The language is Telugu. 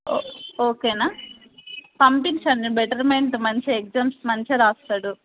ఓ ఓకేనా పంపించండి బెటర్మెంట్ మంచిగా ఎగ్జామ్స్ మంచిగా రాస్తాడు